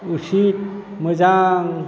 उसित मोजां